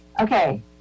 Okay